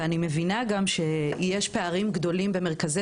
ואני גם מבינה שיש פערים גדולים במרכזי